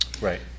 Right